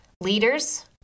Leaders